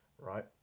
Right